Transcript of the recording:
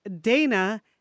Dana